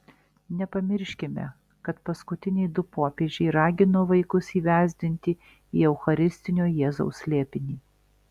nepamirškime kad paskutiniai du popiežiai ragino vaikus įvesdinti į eucharistinio jėzaus slėpinį